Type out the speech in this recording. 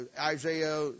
Isaiah